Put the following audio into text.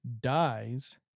dies